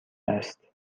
است